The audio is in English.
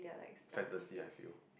fantasy I feel